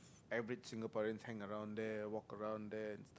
average Singaporeans hang around there walk around there